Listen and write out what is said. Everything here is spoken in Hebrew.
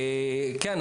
כן,